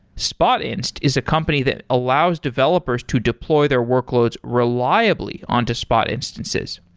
spotinst is a company that allows developers to deploy their workloads reliably on to spot instances.